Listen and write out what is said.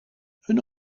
een